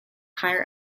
higher